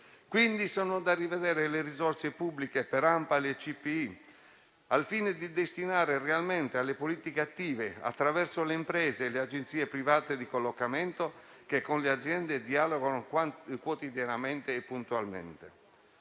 del lavoro (ANPAL) e i centri per l'impiego (CPI), al fine di destinarle realmente alle politiche attive, attraverso le imprese e le agenzie private di collocamento, che con le aziende dialogano quotidianamente e puntualmente.